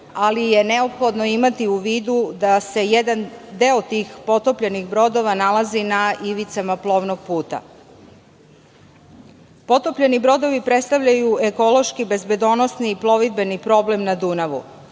ali je neophodno imati u vidu da se jedan deo tih potopljenih brodova nalazi na ivici plovnog puta. Potopljeni brodovi predstavljaju ekološki, bezbedonosni i plovidbeni problem na Dunavu.